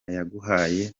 yaguhaye